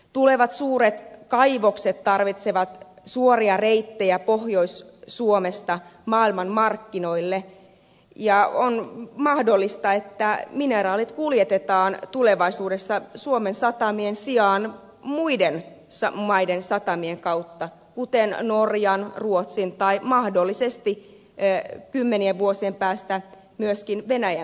tulevat suuret kaivokset tarvitsevat suoria reittejä pohjois suomesta maailmanmarkkinoille ja on mahdollista että mineraalit kuljetetaan tulevaisuudessa suomen satamien sijaan muiden maiden satamien kautta kuten norjan ruotsin tai mahdollisesti kymmenien vuosien päästä myöskin venäjän satamien kautta